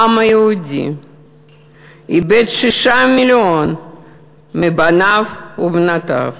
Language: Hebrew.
העם היהודי איבד שישה מיליון מבניו ובנותיו.